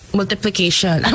multiplication